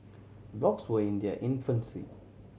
blogs were in their infancy